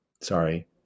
Sorry